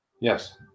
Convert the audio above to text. Yes